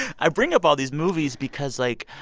i bring up all these movies because, like,